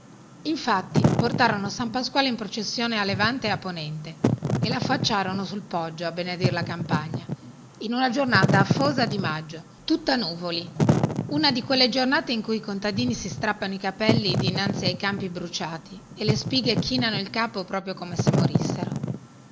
infatti portarono san pasquale in processione a levante e a ponente e laffacciarono sul poggio a benedir la campagna in una giornata afosa di maggio tutta nuvoli una di quelle giornate in cui i contadini si strappano i capelli dinanzi ai campi bruciati e le spighe chinano il capo proprio come se morissero